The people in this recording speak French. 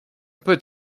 peut